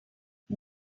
wir